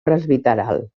presbiteral